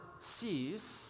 sees